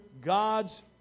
God's